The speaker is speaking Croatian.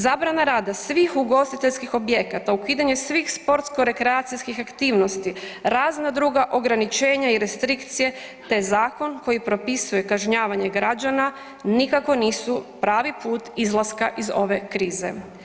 Zabrana rada svih ugostiteljskih objekata, ukidanje svih sportsko-rekreacijskih aktivnosti, razna druga ograničenja i restrikcije te zakon koji propisuje kažnjavanje građana nikako nisu pravi put izlaska iz ove krize.